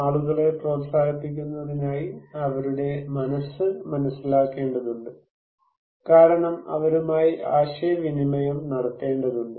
ആളുകളെ പ്രോത്സാഹിപ്പിക്കുന്നതിനായി അവരുടെ മനസ്സ് മനസിലാക്കേണ്ടതുണ്ട് കാരണം അവരുമായി ആശയവിനിമയം നടത്തേണ്ടതുണ്ട്